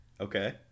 Okay